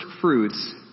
fruits